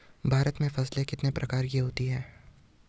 भारत में फसलें कितने प्रकार की होती हैं?